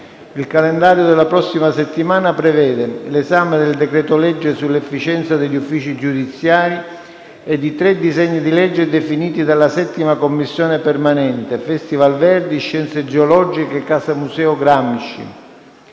Il calendario della prossima settimana prevede l'esame del decreto-legge sull'efficienza degli uffici giudiziari e di tre disegni di legge definiti dalla 7a Commissione permanente (Festival Verdi, Scienze geologiche, Casa Museo Gramsci).